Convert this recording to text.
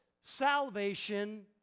salvation